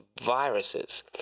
viruses